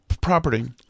property